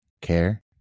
care